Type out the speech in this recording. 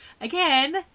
again